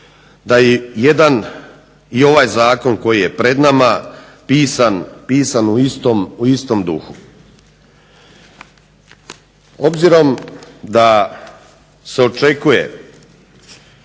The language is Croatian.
da je i ovaj zakon koji je pred nama pisan u istom duhu. Obzirom da se očekuje,